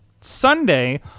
Sunday